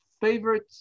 favorite